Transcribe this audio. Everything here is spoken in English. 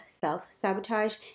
self-sabotage